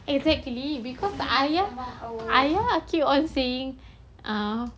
exactly because ayah ayah keep on saying uh